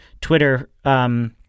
Twitter